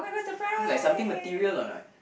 like something material or not